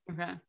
Okay